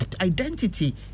identity